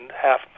half